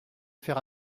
faire